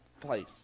place